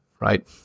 Right